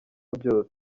byose